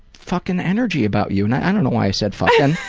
fucking energy about you. and i don't know why i said fucking.